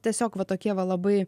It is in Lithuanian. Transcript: tiesiog va tokie va labai